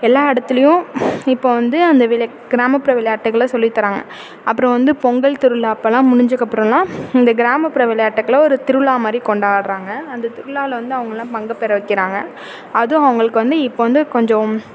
எல்லா இடத்துலையும் இப்போ வந்து அந்த கிராமப்புற விளையாட்டுகளை சொல்லித் தர்றாங்க அப்பறம் வந்து பொங்கல் திருவிழா அப்போலாம் முடிஞ்சக்கப்பறலாம் இந்த கிராமப்புற விளையாட்டுகளை ஒரு திருவிழா மாதிரி கொண்டாடுகிறாங்க அந்த திருவிழாவில் வந்து அவங்கெல்லாம் பங்குபெற வைக்கிறாங்க அதுவும் அவங்களுக்கு வந்து இப்போது வந்து கொஞ்சம்